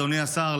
אדוני השר,